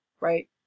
right